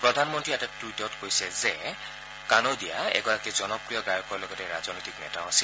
প্ৰধানমন্ত্ৰীয়ে এটা টুইটত কানোডিয়া এগৰাকী জনপ্ৰিয় গায়কৰ লগতে ৰাজনৈতিক নেতাও আছিল